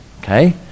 Okay